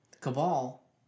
Cabal